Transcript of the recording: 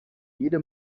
jede